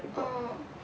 orh